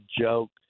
joke